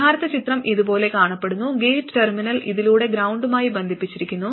യഥാർത്ഥ ചിത്രം ഇതുപോലെ കാണപ്പെടുന്നു ഗേറ്റ് ടെർമിനൽ ഇതിലൂടെ ഗ്രൌണ്ടുമായി ബന്ധിപ്പിച്ചിരിക്കുന്നു